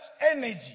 energy